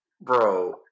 Bro